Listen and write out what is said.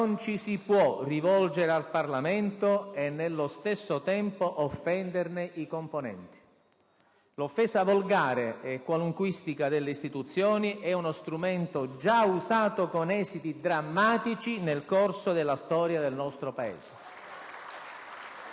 Non ci si può rivolgere al Parlamento e, nello stesso tempo, offenderne i componenti. L'offesa volgare e qualunquistica delle istituzioni è uno strumento già usato, con esiti drammatici, nel corso della storia del nostro Paese.